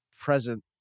present